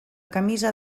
camisa